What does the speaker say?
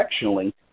directionally